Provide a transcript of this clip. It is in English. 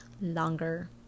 longer